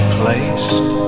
placed